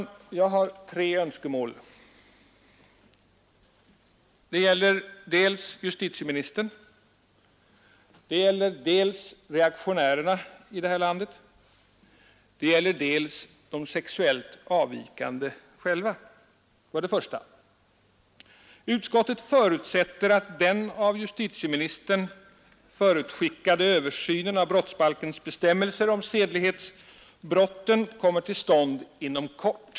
Jag har tre önskemål. Det gäller dels justitieministern, dels reaktionärerna i landet, dels de sexuellt avvikande. Mitt första önskemål gäller alltså justitieministern. Utskottet förutsätter att den av justitieministern förutskickade översynen av brottsbalkens bestämmelser om sedlighetsbrotten kommer till stånd inom kort.